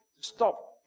stop